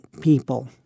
people